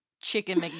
chicken